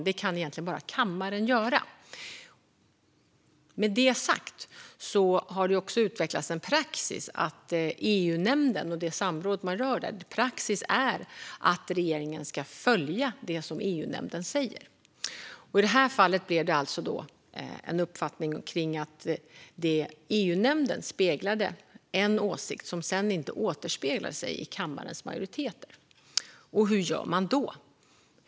Det kan egentligen bara kammaren göra. Med det sagt har det också utvecklats en praxis att regeringen ska följa det som EU-nämnden säger vid samråden. I det här fallet blev alltså uppfattningen att EU-nämnden speglade en åsikt som sedan inte återspeglade sig i kammarens majoritet. Hur gör man då?